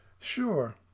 Sure